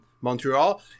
Montreal